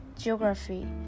geography